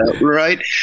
right